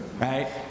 right